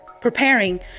preparing